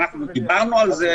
ואנחנו דיברנו על זה.